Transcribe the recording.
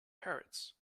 parrots